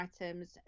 items